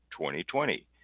2020